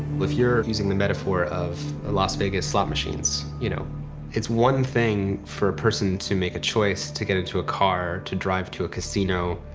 you're using the metaphor of las vegas slot machines, you know it's one thing for a person to make a choice to get into a car, to drive to a casino,